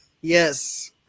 Yes